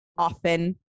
often